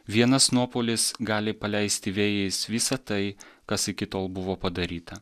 vienas nuopuolis gali paleisti vėjais visą tai kas iki tol buvo padaryta